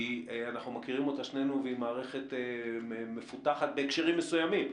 שאנחנו מכירים אותה שנינו והיא מערכת מפותחת בהקשרים מסוימים,